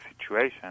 situation